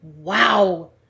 wow